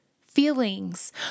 feelings